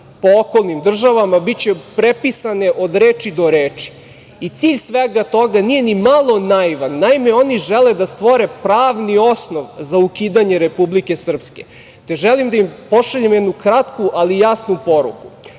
po okolnim državama, biće prepisane od reči do reči. Cilj svega toga nije ni malo naivan. Naime, oni žele da stvore pravni osnov za ukidanje Republike Srpske, te želim da im pošaljem jednu kratku, ali jasnu poruku